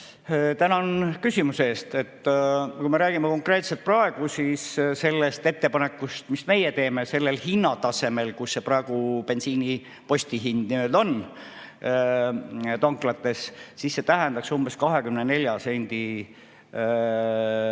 Tänan küsimuse eest! Kui me räägime konkreetselt sellest ettepanekust, mis meie teeme sellel hinnatasemel, kus praegu bensiini postihind on tanklates, siis see tähendaks umbes 24 sendi